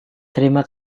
terima